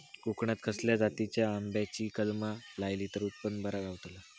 कोकणात खसल्या जातीच्या आंब्याची कलमा लायली तर उत्पन बरा गावताला?